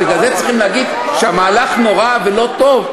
אז בשביל זה צריך להגיד שהמהלך נורא ולא טוב?